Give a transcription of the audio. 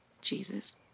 jesus